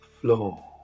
Flow